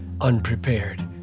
unprepared